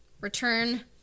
return